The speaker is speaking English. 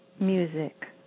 music